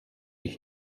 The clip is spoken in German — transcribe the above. ich